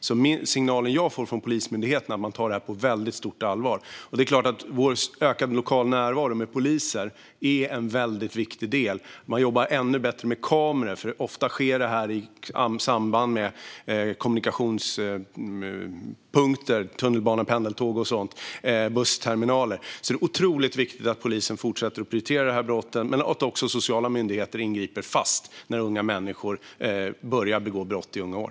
Den signal jag får från Polismyndigheten är att man tar denna fråga på mycket stort allvar. Ökad lokal närvaro med poliser är en viktig del. Man jobbar nu ännu bättre med kameror. Ofta sker dessa rån i samband med kommunikationspunkter, till exempel tunnelbanor, pendeltåg och bussterminaler. Det är otroligt viktigt att polisen fortsätter att prioritera dessa brott och att sociala myndigheter ingriper med fasthet när unga människor börjar begå brott i unga år.